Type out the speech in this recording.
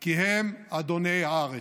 כי הם אדוני הארץ.